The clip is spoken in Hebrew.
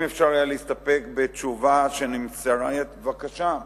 אם אפשר היה להסתפק בתשובה שנמסרה, בבקשה.